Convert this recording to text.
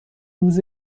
روز